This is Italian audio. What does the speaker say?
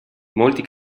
molti